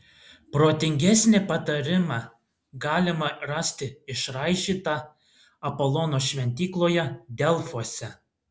protingesnį patarimą galima rasti išraižytą apolono šventykloje delfuose